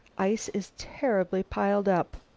ice is terribly piled up.